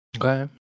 Okay